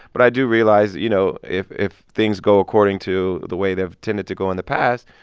but i do realize that, you know, if if things go according to the way they've tended to go in the past,